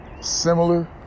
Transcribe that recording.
similar